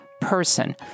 person